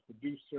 producer